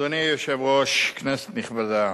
אדוני היושב-ראש, כנסת נכבדה,